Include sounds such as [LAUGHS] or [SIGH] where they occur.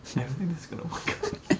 I dont think this is going to work out [LAUGHS]